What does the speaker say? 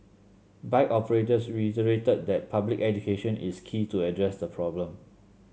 bike operators reiterated that public education is key to address the problem